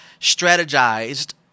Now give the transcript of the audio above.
strategized